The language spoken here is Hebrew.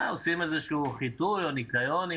עושים איזשהו חיטוי או ניקיון אם